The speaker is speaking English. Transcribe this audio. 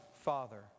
Father